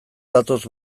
datoz